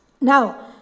now